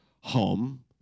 home